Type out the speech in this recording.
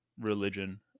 religion